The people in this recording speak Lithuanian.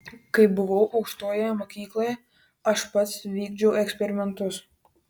kai buvau aukštojoje mokykloje aš pats vykdžiau eksperimentus